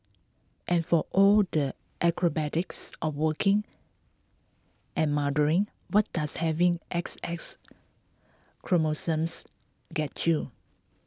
and for all the acrobatics of working and mothering what does having X X chromosomes get you